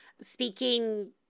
speaking